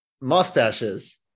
mustaches